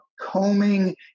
combing